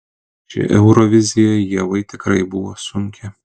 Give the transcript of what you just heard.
ši eurovizija ievai tikrai buvo sunki